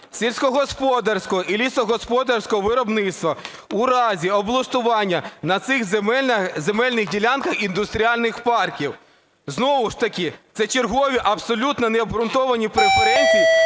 сільськогосподарського і лісогосподарського виробництва у разі облаштування на цих земельних ділянках індустріальних парків. Знову ж таки це чергові абсолютно необґрунтовані преференції